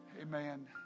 Amen